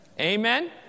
Amen